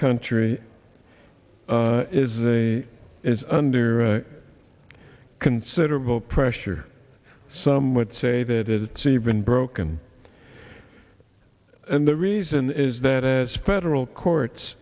country is a is under considerable pressure some would say that it's even broken and the reason is that as federal courts